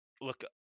look